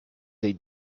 they